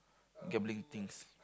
gambling things